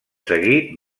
seguit